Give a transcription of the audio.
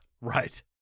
Right